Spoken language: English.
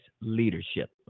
leadership